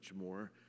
more